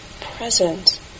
present